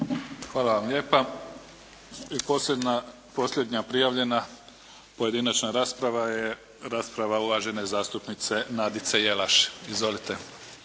Hvala vam lijepa. I posljednja prijavljena pojedinačna rasprava je rasprava uvažene zastupnice Nadice Jelaš. Izvolite.